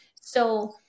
So-